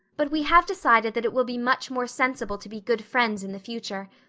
but we have decided that it will be much more sensible to be good friends in the future.